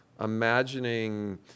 imagining